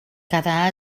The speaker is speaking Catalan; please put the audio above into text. cada